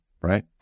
right